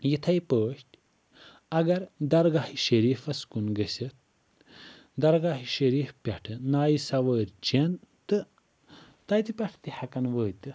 یِتھٔے پٲٹھۍ اگر درگاہِ شریٖفَس کُن گٔژھِتھ درگاہِ شریٖف پٮ۪ٹھ نایہِ سَوٲرۍ چیٚن تہٕ تتہِ پٮ۪ٹھ تہِ ہیٚکَن وٲتِتھ